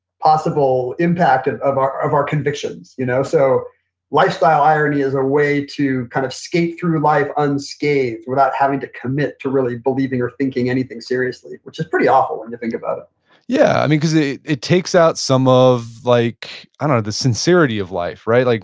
possible impact and of our of our convictions. you know so lifestyle irony is a way to kind of skate through life unscathed without having to commit to really believing or thinking anything seriously which is pretty awful when you think about it yeah, and because it takes out some of like, i don't know, the sincerity of life. like